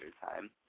Time